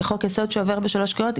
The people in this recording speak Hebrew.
כחוק יסוד שעובר בשלוש קריאות,